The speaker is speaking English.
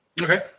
Okay